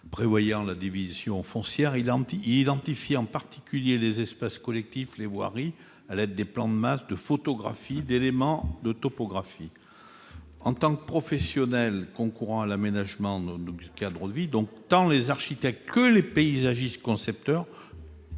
établissant la division foncière. Il identifie en particulier les espaces collectifs et les voiries, à l'aide de plans de masse, de photographies, d'éléments de topographie. En tant que professionnels concourant à l'aménagement du cadre de vie, tant les architectes que les paysagistes concepteurs